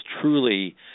truly